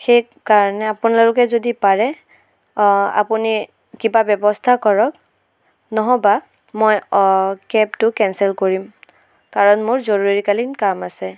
সেইকাৰণে আপোনালোকে যদি পাৰে আপুনি কিবা ব্যৱস্থা কৰক নহ'বা মই কেবটো কেনচেল কৰিম কাৰণ মোৰ জৰুৰীকালীন কাম আছে